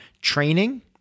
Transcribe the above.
training